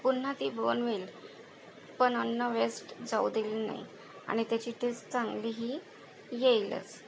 पुन्हा ती बनवेल पण अन्न वेस्ट जाऊ दिललं नाही आणि त्याची टेस्ट चांगलीही येईलच